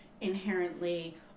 inherently